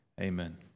amen